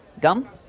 Gum